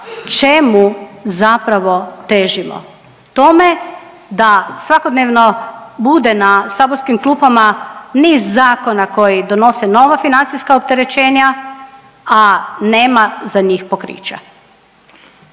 čemu zapravo težimo? Tome da svakodnevno bude na saborskim klupama niz zakona koji donose nova financijska opterećenja, a nema za njih pokrića.